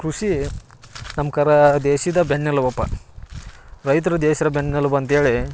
ಕೃಷಿ ನಮ್ಮ ಕರಾ ದೇಶದ ಬೆನ್ನೆಲುಬಪ್ಪ ರೈತರು ದೇಶದ ಬೆನ್ನೆಲುಬು ಅಂಥೇಳಿ